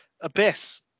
Abyss